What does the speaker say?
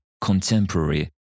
contemporary